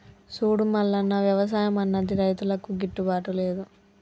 సూడు మల్లన్న, వ్యవసాయం అన్నది రైతులకు గిట్టుబాటు లేదు